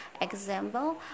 Example